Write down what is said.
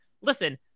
listen